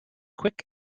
quick